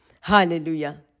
Hallelujah